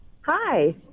hi